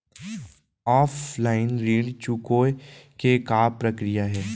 Offline ऋण चुकोय के का प्रक्रिया हे?